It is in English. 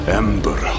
ember